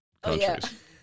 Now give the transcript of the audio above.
countries